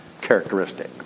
Characteristic